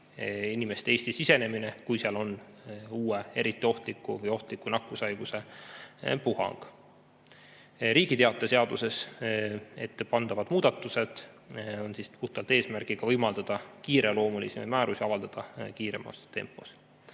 inimeste Eestisse sisenemine, kui seal on uue, eriti ohtliku või ohtliku nakkushaiguse puhang. Riigi Teataja seaduses ettepandavad muudatused on puhtalt eesmärgiga võimaldada kiireloomulisi määrusi avaldada kiiremas tempos. Selle